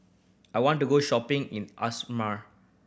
I want to go shopping in Asmara